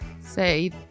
say